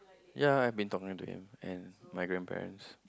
ya I've been talking to him and my grandparents